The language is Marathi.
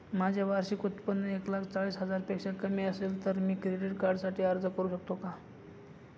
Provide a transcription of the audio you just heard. माझे वार्षिक उत्त्पन्न एक लाख चाळीस हजार पेक्षा कमी असेल तर मी क्रेडिट कार्डसाठी अर्ज करु शकतो का?